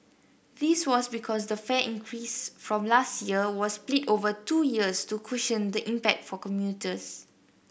this was because the fare increase from last year was split over two years to cushion the impact for commuters